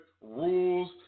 rules